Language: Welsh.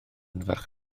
farchnad